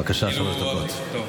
בבקשה, שלוש דקות.